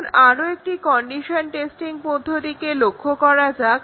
এখন আরো একটি কন্ডিশন টেস্টিং পদ্ধতিকে লক্ষ্য করা যাক